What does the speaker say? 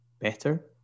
better